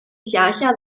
辖下